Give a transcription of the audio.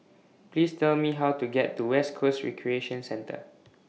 Please Tell Me How to get to West Coast Recreation Centre